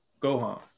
Gohan